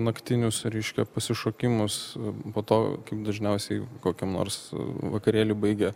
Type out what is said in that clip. naktinius reiškia pasišokimus po to dažniausiai kokiam nors vakarėly baigi